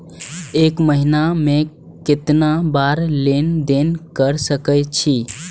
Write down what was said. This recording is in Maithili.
एक महीना में केतना बार लेन देन कर सके छी?